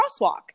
crosswalk